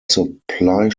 supply